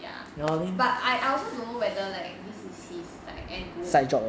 ya but I I also don't know whether like this is his like engrow